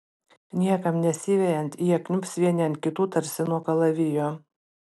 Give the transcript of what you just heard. niekam nesivejant jie kniubs vieni ant kitų tarsi nuo kalavijo